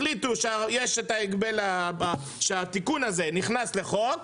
החליטו שהתיקון הזה נכנס לחוק,